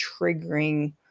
triggering